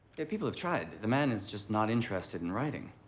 the people have tried, the man is just not interested in writing.